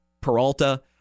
Peralta